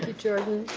jordan.